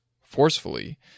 forcefully